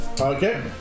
Okay